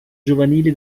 giovanili